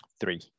Three